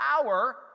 power